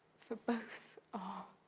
for both ah